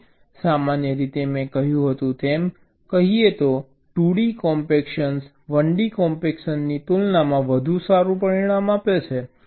તેથી સામાન્ય રીતે મેં કહ્યું હતું તેમ કહીએ તો 2d કોમ્પ્એક્શન 1d કોમ્પ્ક્શનની તુલનામાં વધુ સારું પરિણામ આપે છે